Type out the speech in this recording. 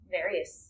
various